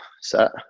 Set